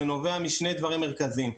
זה נובע משני דברים מרכזיים.